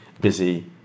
busy